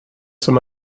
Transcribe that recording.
som